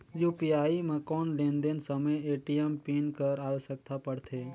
UPI म कौन लेन देन समय ए.टी.एम पिन कर आवश्यकता पड़थे?